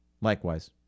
Likewise